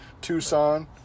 Tucson